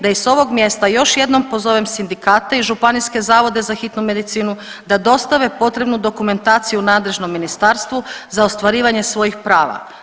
da i s ovog mjesta još jednom pozovem sindikate i županijske zavode za hitnu medicinu da dostave potrebnu dokumentaciju nadležnom ministarstvu za ostvarivanje svojih prava.